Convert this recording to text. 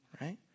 right